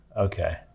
Okay